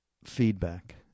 feedback